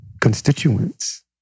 constituents